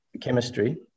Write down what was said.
chemistry